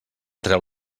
treu